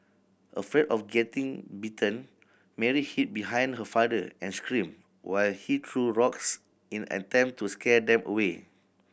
afraid of getting bitten Mary hid behind her father and screamed while he threw rocks in attempt to scare them away